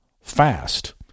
fast